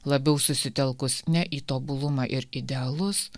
labiau susitelkus ne į tobulumą ir idealus